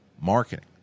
marketing